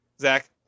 Zach